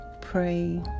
pray